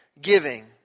giving